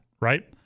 right